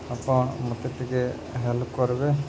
ଆପଣ୍ ମତେ ଟିକେ ହେଲ୍ପ୍ କର୍ବେ